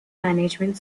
management